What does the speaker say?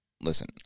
Listen